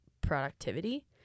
productivity